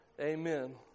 Amen